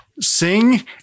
sing